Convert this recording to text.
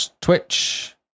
Twitch